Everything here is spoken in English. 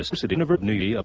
so city university of